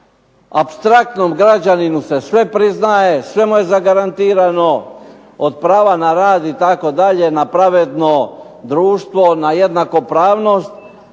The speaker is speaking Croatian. apstraktnom građaninu se sve priznaje, sve mu je zagarantirano, od prava na rad itd., na pravedno društvo, na jednakopravnost,